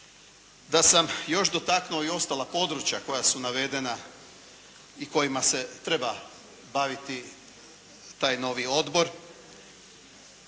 Da sam još dotaknuo i ostala područja koja su navedena i kojima se treba baviti taj novi odbor